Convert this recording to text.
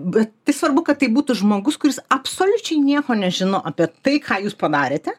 bet tai svarbu kad tai būtų žmogus kuris absoliučiai nieko nežino apie tai ką jūs padarėte